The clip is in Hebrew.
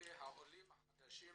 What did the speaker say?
כלפי העולים החדשים